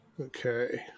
Okay